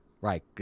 Right